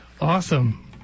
Awesome